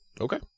Okay